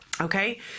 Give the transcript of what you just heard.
Okay